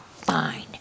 fine